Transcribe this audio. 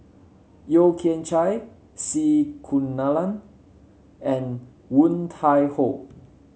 Yeo Kian Chye C Kunalan and Woon Tai Ho